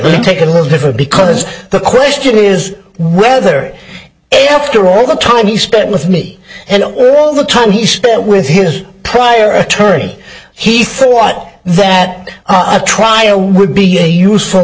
to take a little different because the question is whether after all the time he spent with me and the time he spent with his prior attorney he thought that a trial would be a useful